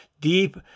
deep